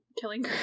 killing